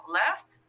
left